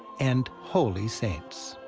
and holy saints.